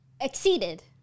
exceeded